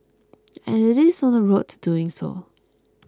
and it is on the road to doing so